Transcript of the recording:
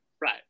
right